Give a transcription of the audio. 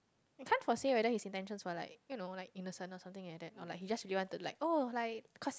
can't foresee whether his intentions were like you know like innocent or something like that or like he just really wanted to like oh like cause